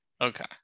Okay